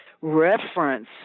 reference